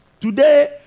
today